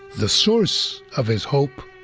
the source of his hope